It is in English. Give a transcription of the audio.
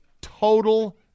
total